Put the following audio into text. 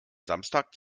samstag